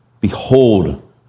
Behold